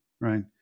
right